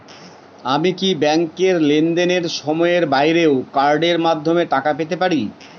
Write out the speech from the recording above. আমি কি ব্যাংকের লেনদেনের সময়ের বাইরেও কার্ডের মাধ্যমে টাকা পেতে পারি?